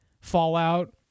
fallout